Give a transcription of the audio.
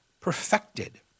perfected